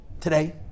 today